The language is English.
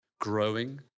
growing